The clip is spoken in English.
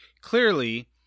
clearly